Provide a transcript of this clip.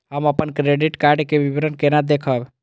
हम अपन credit card के विवरण केना देखब?